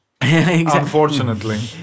unfortunately